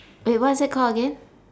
wait what's that called again